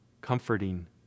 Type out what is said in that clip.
comforting